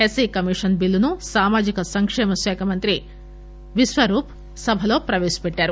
SP commission బిల్లును సామాజిక సంక్షేమ శాఖ మంత్రి విశ్వరూప్ సభలో ప్రవేశపెట్టారు